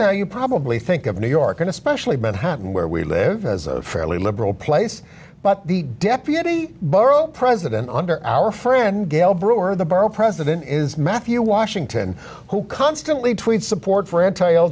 now you probably think of new york and especially but happen where we live as a fairly liberal place but the deputy borough president under our friend gayle brewer the borough president is matthew washington who constantly tweets support for ant